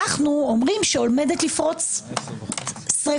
אנחנו אומרים שעומדת לפרוץ שריפה.